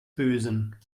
bösen